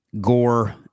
gore